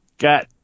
Got